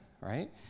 right